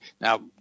now